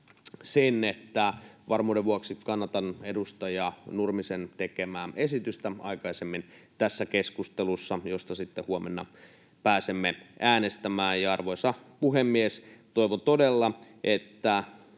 sen, että varmuuden vuoksi kannatan edustaja Nurmisen aikaisemmin tässä keskustelussa tekemää esitystä, josta sitten huomenna pääsemme äänestämään. Arvoisa puhemies! Toivon todella, että